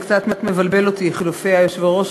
קצת בלבלו אותי חילופי היושב-ראש,